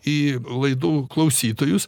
į laidų klausytojus